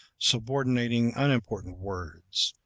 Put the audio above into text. subordinating unimportant words,